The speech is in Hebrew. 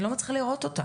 אני לא מצליחה לראות אותה.